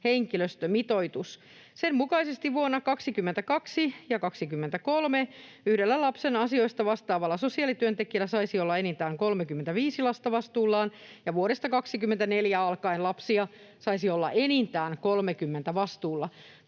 henkilöstömitoitus. Sen mukaisesti vuonna 2022 ja 2023 yhdellä lapsen asioista vastaavalla sosiaalityöntekijällä saisi olla enintään 35 lasta vastuullaan ja vuodesta 2024 alkaen lapsia saisi olla enintään 30.